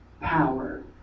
power –